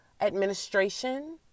administration